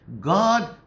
God